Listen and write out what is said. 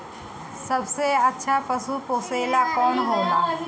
सबसे अच्छा पशु पोसेला कौन होला?